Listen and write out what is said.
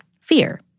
fear